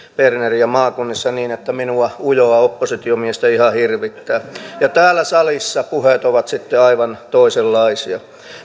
berneriä maakunnissa niin että minua ujoa oppositiomiestä ihan hirvittää ja täällä salissa puheet ovat sitten aivan toisenlaisia